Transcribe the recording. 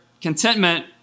contentment